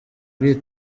bw’iyi